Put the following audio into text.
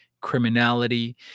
criminality